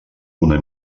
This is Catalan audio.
una